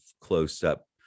close-up